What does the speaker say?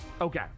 okay